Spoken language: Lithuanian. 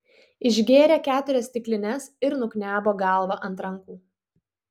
išgėrė keturias stiklines ir nuknebo galva ant rankų